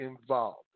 involved